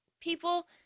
people